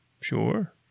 Sure